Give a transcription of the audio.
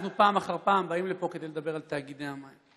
אנחנו פעם אחר פעם באים לפה כדי לדבר על תאגידי המים.